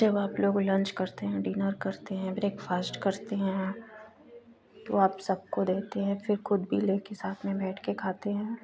जब आप लोग लन्च करते हैं डिनर करते हैं ब्रेकफास्ट करते हैं तो आप सबको देते हैं फिर खुद भी लेकर साथ में बैठकर खाते हैं